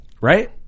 right